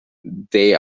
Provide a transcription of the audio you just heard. they